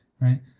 right